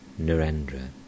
Narendra